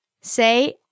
Say